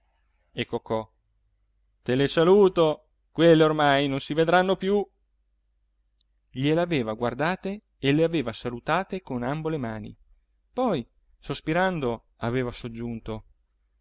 e cocò te le saluto quelle ormai non si vedranno più gliele aveva guardate e le aveva salutate con ambo le mani poi sospirando aveva soggiunto